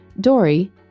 Dory